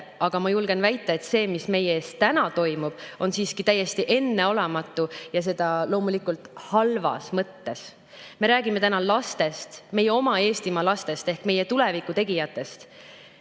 aga ma julgen väita, et see, mis meie ees täna toimub, on siiski täiesti enneolematu ja seda loomulikult halvas mõttes. Me räägime täna lastest, meie oma Eestimaa lastest ehk meie tulevikutegijatest.